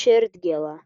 širdgėlą